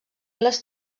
les